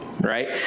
Right